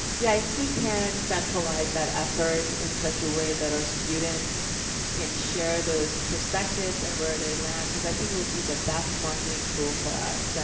yeah if we can centralize that effort in such a way that our students can share those perspectives and where they land. cause i think it would be the best marketing tool for us,